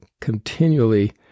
continually